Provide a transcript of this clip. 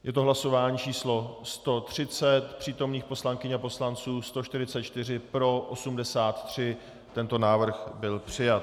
Je to hlasování číslo 130, přítomných poslankyň a poslanců 144, pro 83, tento návrh byl přijat.